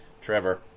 Trevor